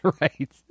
Right